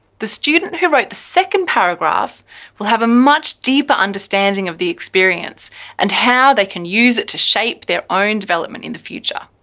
the student who wrote the second paragraph will have a much deeper understanding of the experience and how they can use it to shape their own development in the future.